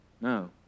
No